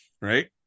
right